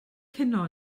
cinio